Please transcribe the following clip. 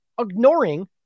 ignoring